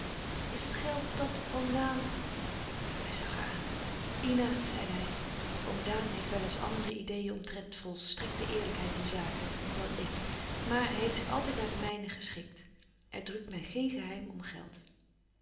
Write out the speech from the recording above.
is het geld dat oom daan hij zag haar aan ina zeide hij oom daan heeft wel eens andere ideeën omtrent volstrèkte eerlijkheid in zaken dan ik maar hij heeft zich altijd naar de mijne geschikt er drukt mij geen geheim om geld